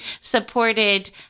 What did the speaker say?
supported